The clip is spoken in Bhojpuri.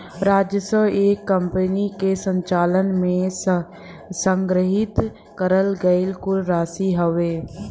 राजस्व एक कंपनी के संचालन में संग्रहित करल गयल कुल राशि हउवे